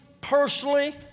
personally